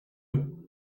eux